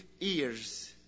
ears